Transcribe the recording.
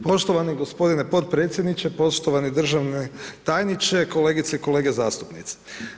Poštovani gospodine potpredsjedniče, poštovani državni tajniče, kolegice i kolege zastupnici.